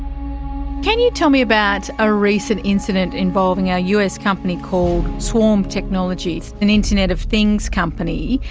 can you tell me about a recent incident involving a us company called swarm technologies, an internet of things company,